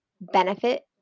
benefit